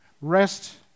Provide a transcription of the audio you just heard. Rest